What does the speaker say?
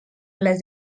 les